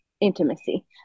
intimacy